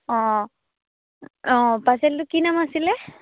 অঁ অঁ পাৰ্চেলটো কি নাম আছিলে